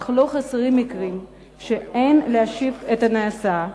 אך לא חסרים מקרים שאין להשיב את הנעשה.